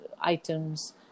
items